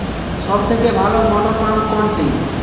সবথেকে ভালো মটরপাম্প কোনটি?